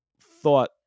thought